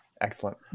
Excellent